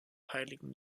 heiligen